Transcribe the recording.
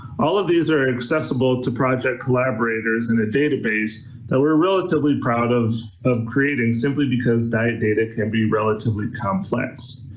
all of these are accessible to project collaborators in a database that we're relatively proud of of creating simply because diet data be relatively complex.